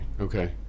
Okay